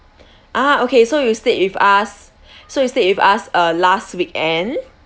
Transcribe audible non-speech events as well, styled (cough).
ah okay so you stayed with us (breath) so you stayed with us uh last weekend